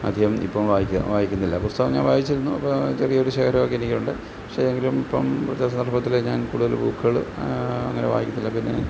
അധികം ഇപ്പം വായിക്കാൻ വായിക്കുന്നില്ല പുസ്തകം ഞാൻ വായിച്ചിരുന്നു അപ്പം ചെറിയൊരു ശേഖരമൊക്കെ എനിക്കുണ്ട് പക്ഷേ എങ്കിലും ഇപ്പം അത്യാവശ്യം ചെറുപ്പത്തിലെ ഞാൻ കൂടുതൽ ബുക്കുകൾ അങ്ങനെ വായിക്കത്തില്ല പിന്നെ